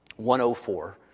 104